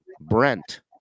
Brent